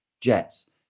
jets